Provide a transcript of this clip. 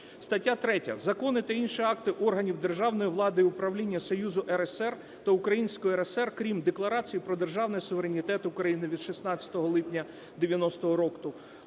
Стаття 3. Закони та інші акти органів державної влади і управління Союзу РСР та Української РСР, крім Декларації про державний суверенітет України від 16 липня 90-го року,